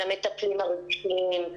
על המטפלים הרגשיים,